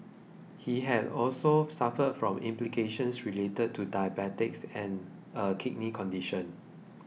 he had also suffered from complications related to diabetes and a kidney condition